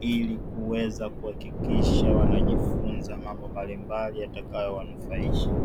ili kuweza kuhakikisha wanajifunza mambo mbalimbali yatakayo wanufaisha.